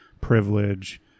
privilege